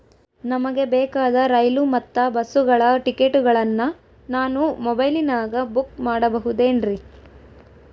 ನಮಗೆ ಬೇಕಾದ ರೈಲು ಮತ್ತ ಬಸ್ಸುಗಳ ಟಿಕೆಟುಗಳನ್ನ ನಾನು ಮೊಬೈಲಿನಾಗ ಬುಕ್ ಮಾಡಬಹುದೇನ್ರಿ?